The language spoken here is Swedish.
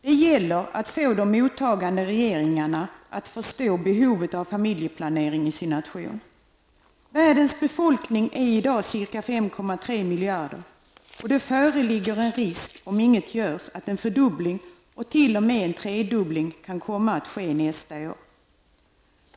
Det gäller att få de mottagande regeringarna att förstå behovet av familjeplanering i sina nationer. Världens befolkning är i dag ca 5,3 miljarder, och det föreligger en risk, om inget görs, för att en fördubbling eller t.o.m. en tredubbling kan komma att ske nästa år.